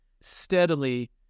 steadily